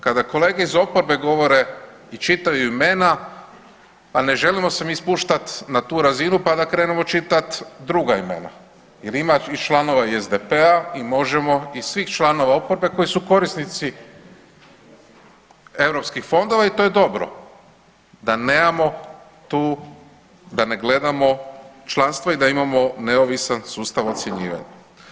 Kada kolege iz oporbe govore i čitaju imena, pa ne želimo se mi spuštat na tu razinu pa da krenemo čitat druga imena jel ima i članova SDP-a i Možemo! i svih članova oporbe koji su korisnici europskih fondova i to je dobro da nemamo tu, da ne gledamo članstvo i da imamo neovisan sustav ocjenjivanja.